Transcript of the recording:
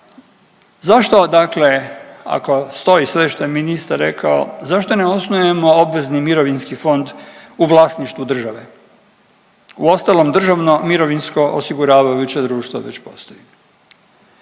Zašto dakle ako stoji sve što je ministar rekao zašto ne osnujemo obvezni mirovinski fond u vlasništvu države? Uostalom, državno mirovinsko osiguravajuće društvo već postoji.